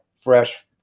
fresh